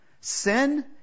Sin